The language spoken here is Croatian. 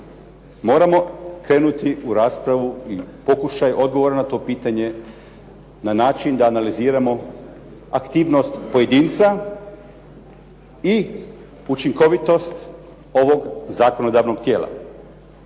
Moramo krenuti u raspravu i pokušati odgovoriti na to pitanje da način da analiziramo aktivnost pojedinca i učinkovitost ovog zakonodavnog tijela.